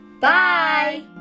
Bye